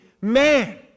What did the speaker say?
man